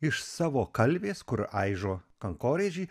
iš savo kalvės kur aižo kankorėžį